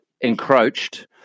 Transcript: encroached